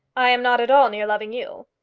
i am not at all near loving you.